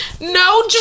No